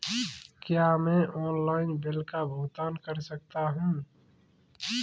क्या मैं online bill का भुगतान कर सकता हूँ?